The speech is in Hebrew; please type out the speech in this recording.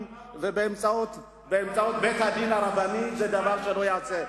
באמצעות בית-הדין הרבני זה דבר שלא ייעשה.